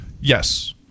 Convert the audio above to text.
Yes